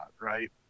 right